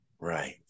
right